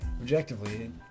Objectively